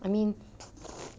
I mean